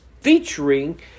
featuring